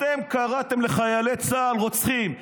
אתם קראתם לחיילי צה"ל רוצחים.